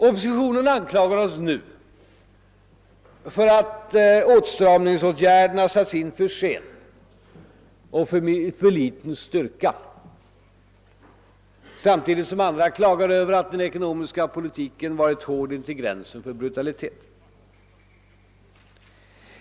Oppositionen anklagar oss nu för att åtstramningsåtgärderna satts in för sent och med för liten styrka, samtidigt som andra klagar över att den ekonomiska politiken varit hård intill gränsen för brutalitet.